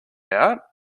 out